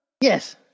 Yes